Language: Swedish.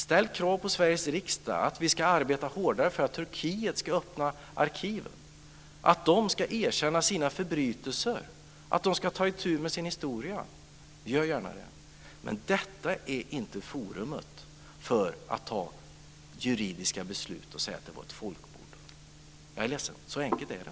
Ställ krav på Sveriges riksdag att vi ska arbeta hårdare för att Turkiet ska öppna arkiven, att man där ska erkänna sina förbrytelser och att man ska ta itu med sin historia! Gör gärna det, men detta är inte forumet för att ta juridiska beslut om att detta var ett folkmord. Jag är ledsen, men så enkelt är det.